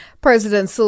President